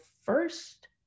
first